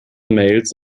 mails